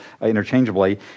interchangeably